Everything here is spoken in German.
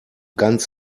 ganz